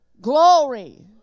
Glory